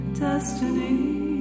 destiny